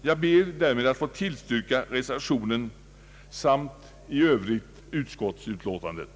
Jag ber därmed att få tillstyrka reservationen samt i övrigt utskottsutlåtandet.